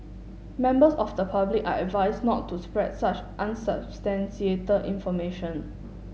members of the public are advised not to spread such unsubstantiated information